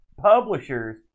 publishers